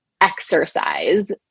exercise